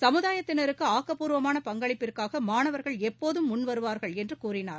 சமுதாயத்தினருக்கு ஆக்கபூர்வமான பங்களிப்பதற்காக மாணவர்கள் எப்போதும் முன்வருவார்கள் என்று கூறினார்